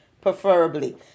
preferably